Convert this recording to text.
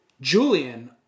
Julian